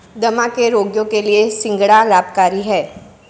दमा के रोगियों के लिए सिंघाड़ा लाभकारी है